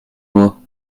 moi